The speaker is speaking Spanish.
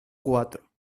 cuatro